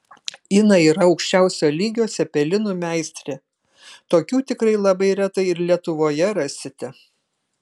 ina yra aukščiausio lygio cepelinų meistrė tokių tikrai labai retai ir lietuvoje rasite